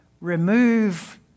Remove